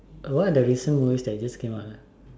what are the recent movies that just came out ah